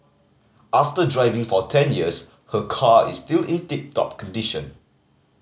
after driving for ten years her car is still in tip top condition